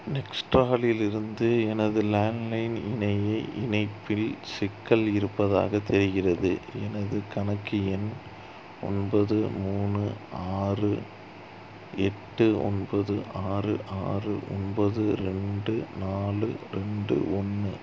நெக்ஸ்ட்ராலில் இருந்து எனது லேண்ட்லைன் இணைய இணைப்பில் சிக்கல் இருப்பதாக தெரிகிறது எனது கணக்கு எண் ஒன்பது மூணு ஆறு எட்டு ஒன்பது ஆறு ஆறு ஒன்பது ரெண்டு நாலு ரெண்டு ஒன்று